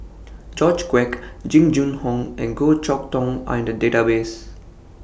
George Quek Jing Jun Hong and Goh Chok Tong Are in The Database